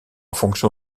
fonction